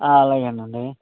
అలాగే అండి